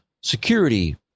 security